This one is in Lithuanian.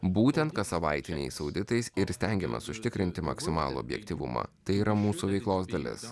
būtent kas savaitiniais auditais ir stengiamės užtikrinti maksimalų objektyvumą tai yra mūsų veiklos dalis